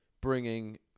bringing